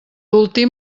últim